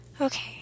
Okay